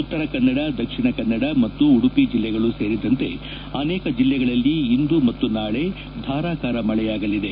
ಉತ್ತರ ಕನ್ನಡ ದಕ್ಷಿಣ ಕನ್ನಡ ಮತ್ತು ಉಡುಪಿ ಜಿಲ್ಲೆಗಳೂ ಸೇರಿದಂತೆ ಅನೇಕ ಜಿಲ್ಲೆಗಳಲ್ಲಿ ಇಂದು ಮತ್ತು ನಾಳೆ ಧಾರಾಕಾರ ಮಳೆಯಾಗಲಿದೆ